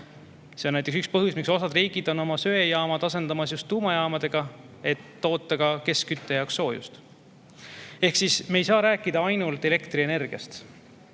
See on üks põhjus, miks osa riike on oma söejaamu asendamas just tuumajaamadega, et toota ka keskkütte jaoks soojust. Ehk siis me ei saa rääkida ainult elektrienergiast.